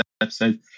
episode